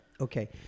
Okay